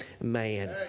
man